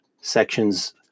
sections